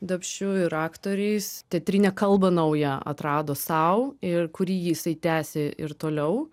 dapšiu ir aktoriais teatrinę kalbą naują atrado sau ir kurį jisai tęsė ir toliau